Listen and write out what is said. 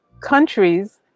countries